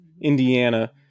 Indiana